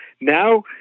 now